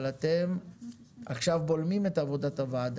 אבל אתם עכשיו בולמים את עבודת הוועדה,